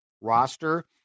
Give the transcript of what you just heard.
roster